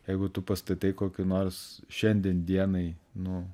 jeigu tu pastatei kokį nors šiandien dienai nu